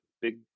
Big